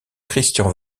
christian